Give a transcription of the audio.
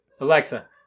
Alexa